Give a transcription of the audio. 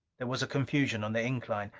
there was a confusion on the incline.